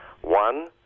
One